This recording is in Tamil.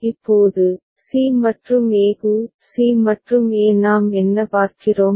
இப்போது c மற்றும் e க்கு c மற்றும் e நாம் என்ன பார்க்கிறோம்